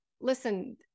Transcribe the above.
listen